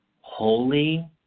Holy